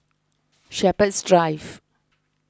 Shepherds Drive